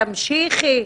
כן, תמשיכי.